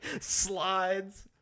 slides